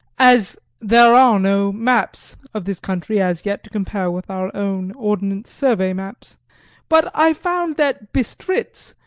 as there are no maps of this country as yet to compare with our own ordnance survey maps but i found that bistritz,